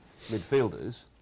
midfielders